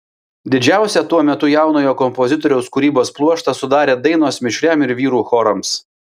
didžiausią tuo metu jaunojo kompozitoriaus kūrybos pluoštą sudarė dainos mišriam ir vyrų chorams